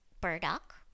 burdock